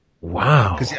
Wow